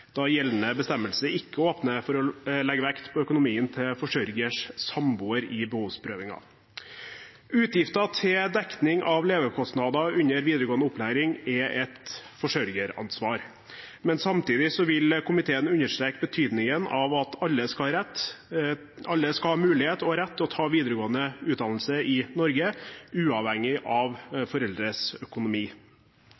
da gjeldende bestemmelse ikke åpner for å legge vekt på økonomien til forsørgers samboer i behovsprøvingen. Utgifter til dekning av levekostnader under videregående opplæring er et forsørgeransvar, men samtidig vil komiteen understreke betydningen av at alle skal ha mulighet og rett til å ta videregående utdannelse i Norge, uavhengig av foreldres økonomi.